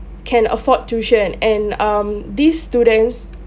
can afford tuition and um these students